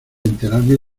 enterarme